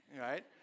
Right